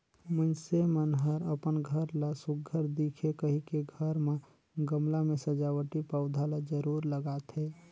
मइनसे मन हर अपन घर ला सुग्घर दिखे कहिके घर म गमला में सजावटी पउधा ल जरूर लगाथे